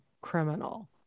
criminal